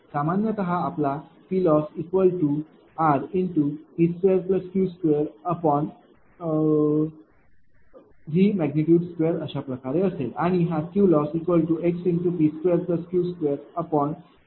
सामान्यतः आपला PLossrP2Q2V2 अशाप्रकारे असेल आणि हा QLossxP2Q2V2अशाप्रकारे असेल